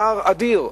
פער אדיר.